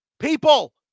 People